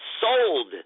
sold